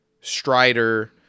strider